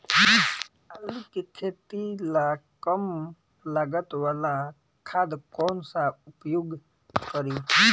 आलू के खेती ला कम लागत वाला खाद कौन सा उपयोग करी?